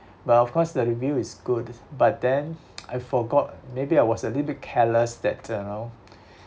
but of course the review is good but then I forgot maybe I was a little bit careless that uh you know